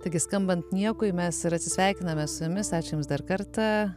taigi skambant niekui mes ir atsisveikiname su jumis ačiū aš jums dar kartą